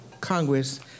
Congress